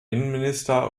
innenminister